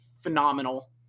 phenomenal